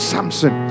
Samson